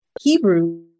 Hebrew